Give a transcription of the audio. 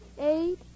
eight